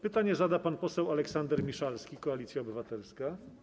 Pytanie zada pan poseł Aleksander Miszalski, Koalicja Obywatelska.